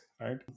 right